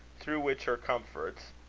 through which her comforts,